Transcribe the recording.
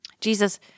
Jesus